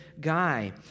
guy